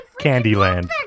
Candyland